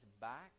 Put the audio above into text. back